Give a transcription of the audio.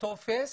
טופס